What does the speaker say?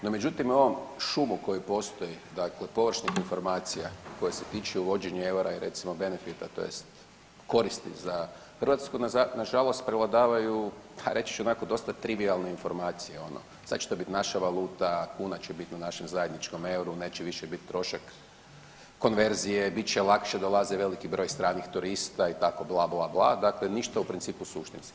No međutim, u ovom šumu koji postoji dakle povlaštenih informacija koje se tiču uvođenja eura i recimo benefita tj. koristi za Hrvatsku nažalost prevladavaju pa reći ću onako dosta trivijalne informacije, ono sad će to bit naša valuta, kuna će bit na našem zajedničkom euru, neće više bit trošak konverzije, bit će lakše dolazi veliki broj stranih turista itd. bla, bla, bla, dakle ništa u principu suštinski.